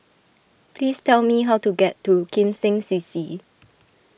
please tell me how to get to Kim Seng C C